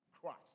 Christ